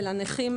ולנכים